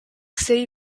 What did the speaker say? city